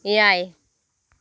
ᱮᱭᱟᱭ